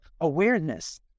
awareness